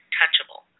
touchable